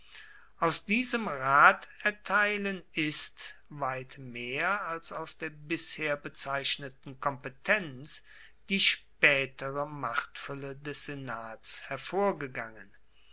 aus diesem raterteilen ist weit mehr als aus der bisher bezeichneten kompetenz die spaetere machtfuelle des senats hervorgegangen